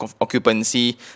occupancy